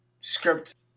script